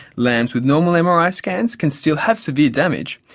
lambs with normal and mri scans can still have severe damage,